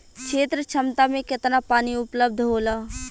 क्षेत्र क्षमता में केतना पानी उपलब्ध होला?